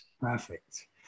Perfect